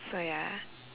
so ya